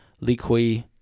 Liquid